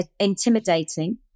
intimidating